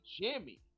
jimmy